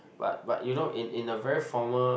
but but you know in in a very formal